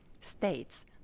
states